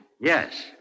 Yes